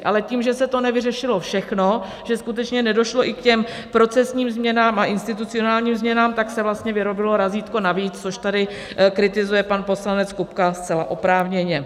Ale tím, že se to nevyřešilo všechno, že skutečně nedošlo i k těm procesním a institucionálním změnám, tak se vlastně vyrobilo razítko navíc, což tady kritizuje pan poslanec Kupka zcela oprávněně.